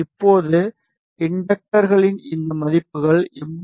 இப்போது இண்டக்டர்களின் இந்த மதிப்புகள் 82